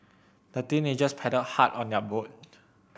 the teenagers paddled hard on their boat